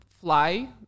fly